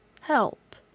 help